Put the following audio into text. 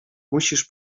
musisz